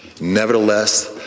Nevertheless